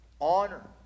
Honor